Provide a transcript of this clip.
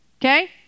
Okay